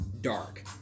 dark